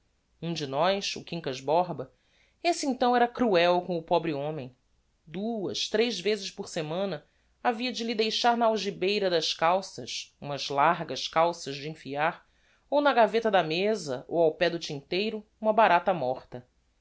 um de nós o quincas borba esse então era cruel com o pobre homem duas tres vezes por semana havia de lhe deixar na algibeira das calças umas largas calças de enfiar ou na gaveta da mesa ou ao pé do tinteiro uma barata morta